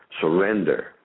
surrender